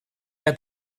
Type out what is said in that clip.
que